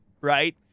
right